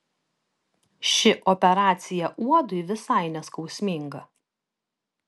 ši operacija uodui visai neskausminga